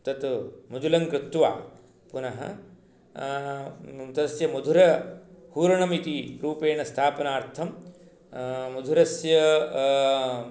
तत मुजुलं कृत्वा पुनः तस्य मधुरपूर्णम् इति रूपेण स्थापनार्थं मधुरस्य